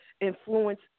influence